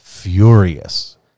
furious